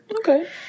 Okay